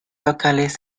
locales